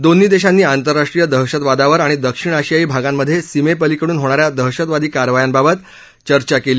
दोन्ही देशांनी आंतरराष्ट्रीय दहशतवादावर आणि दक्षिण आशियायी भागांमध्ये सीमेपलीकडून होणाऱ्या दहशतवादी कारवायांबाबत दोन्ही पक्षांनी चर्चा केली